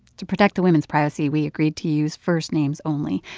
to protect the women's privacy, we agreed to use first names only.